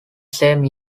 same